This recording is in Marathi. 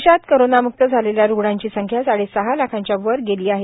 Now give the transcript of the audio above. देशात कोरोनाम्क्त झालेल्या रुग्णांची संख्या साडेसहा लाखाच्या वर गेली आहे